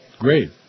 Great